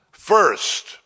First